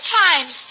times